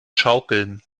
schaukeln